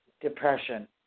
depression